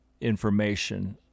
information